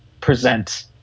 present